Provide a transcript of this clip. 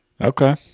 Okay